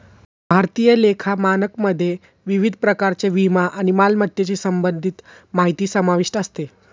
भारतीय लेखा मानकमध्ये विविध प्रकारच्या विमा आणि मालमत्तेशी संबंधित माहिती समाविष्ट असते